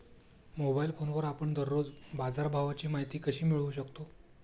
Mobile फोनवर आपण दररोज बाजारभावाची माहिती कशी मिळवू शकतो?